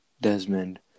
Desmond